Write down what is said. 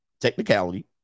technicality